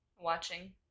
watching